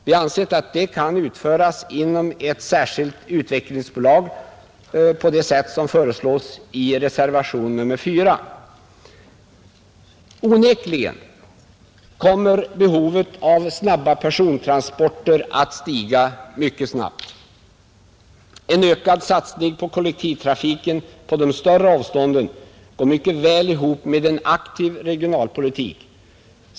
Vi har ansett att det kan utföras inom ett särskilt utvecklingsbolag på det sätt som föreslås i reservation nr 4, Onekligen kommer behovet av snabba persontransporter att stiga mycket snabbt. En ökad satsning på kollektivtrafiken på de större avstånden går mycket väl ihop med en aktiv regionalpolitik.